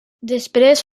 després